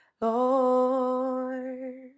Lord